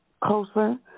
closer